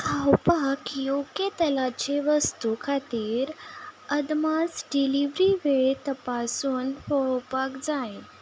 खावपाक योग्य तेलाच्यो वस्तू खातीर अदमास डिलिव्हरी वेळ तपासून पळोवपाक जाय